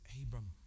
Abraham